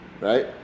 Right